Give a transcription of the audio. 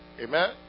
Amen